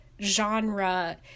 genre